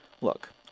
Look